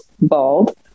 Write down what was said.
bald